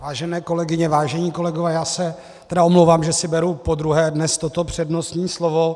Vážené kolegyně, vážení kolegové, já se tedy omlouvám, že si beru podruhé dnes toto přednostní slovo.